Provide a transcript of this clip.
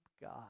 God